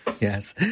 Yes